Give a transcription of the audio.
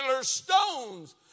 stones